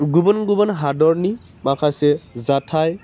गुबुन गुबुन हादरनि माखासे जाथाय